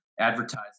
advertising